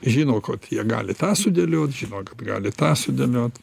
žino kod jie gali tą sudėliot nino kad gali tą sudėliot